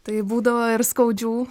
tai būdavo ir skaudžių